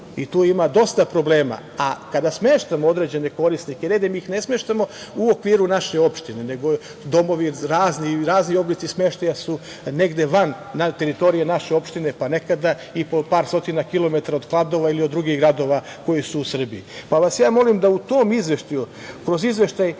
i tu ima dosta problema, a kada smeštamo određene korisnike, ne da ih mi ne smeštamo u okviru naše opštine, nego razni oblici smeštaja su negde van teritorije naše opštine, pa nekada i po par stotina kilometara od Kladova ili od drugih gradova koji su u Srbiji. Pa, ja vas molim da u tom izveštaju, da